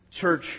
church